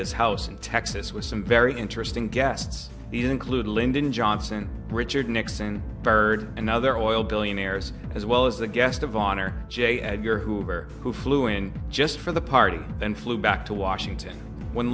his house in texas with some very interesting guests include lyndon johnson richard nixon bird and other oil billionaires as well as the guest of honor j edgar hoover who flew in just for the party and flew back to washington when